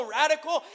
radical